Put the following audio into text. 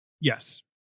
Yes